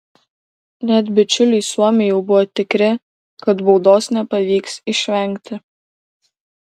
net bičiuliai suomiai jau buvo tikri kad baudos nepavyks išvengti